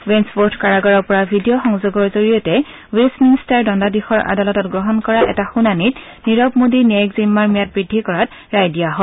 Wandsworth কাৰাগাৰৰ পৰা video সংযোগৰ জৰিয়তে বেট মিনটাৰ দণ্ডাধীশৰ আদালতত গ্ৰহণ কৰা এটা শুনানিত নীৰৱ মোডীৰ ন্যায়িক জিম্মাৰ ম্যাদ বৃদ্ধি কৰাৰ ৰায় দিয়া হয়